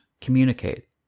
communicate